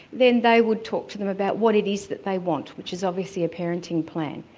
then they would talk to them about what it is that they want, which is obviously a parenting plan.